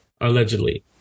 allegedly